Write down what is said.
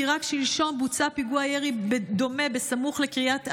כי רק שלשום בוצע פיגוע ירי דומה סמוך לקריית ארבע,